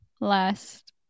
last